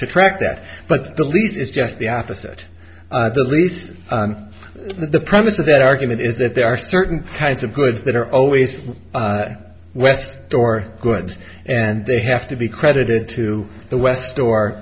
track that but the lease is just the opposite the lease the promise of that argument is that there are certain kinds of goods that are always west door goods and they have to be credited to the west or